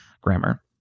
grammar